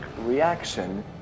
reaction